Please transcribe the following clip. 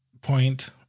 point